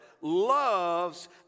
loves